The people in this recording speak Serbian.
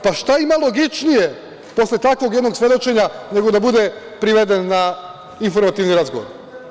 Pa, šta ima logičnije posle takvog jednog svedočenja nego da bude priveden na informativni razgovor?